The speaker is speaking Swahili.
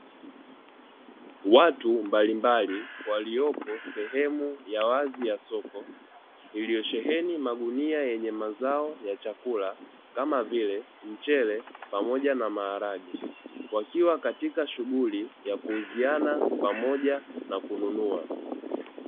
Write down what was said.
Watu mbalimbali waliopo sehemu mbalimbali ya wazi ya soko iliyosheheni magunia yenye mazao ya chakula kama vile mchele pamoja na maharage, wakiwa katika shughuli ya kuuziana pamoja na kununua.